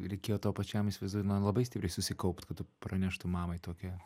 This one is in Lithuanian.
reikėjo tau pačiam įsivaizduoju na labai stipriai susikaupt kad tu praneštum mamai tokią